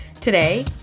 Today